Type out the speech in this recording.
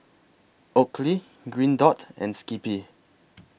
Oakley Green Dot and Skippy